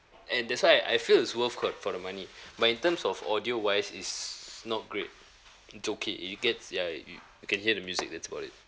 and that's why I feel is worth quote for the money but in terms of audio wise is not great it's okay it gets ya you can hear the music that's about it